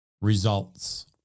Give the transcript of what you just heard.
results